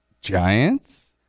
Giants